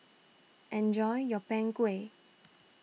enjoy your Png Kueh